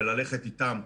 וללכת איתן,